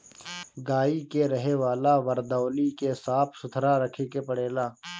गाई के रहे वाला वरदौली के साफ़ सुथरा रखे के पड़ेला